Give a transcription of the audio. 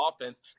offense